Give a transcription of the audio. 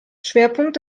schwerpunkt